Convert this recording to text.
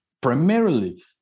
primarily